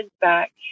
back